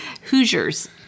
Hoosiers